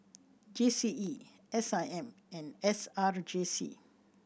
G C E S I M and S R J C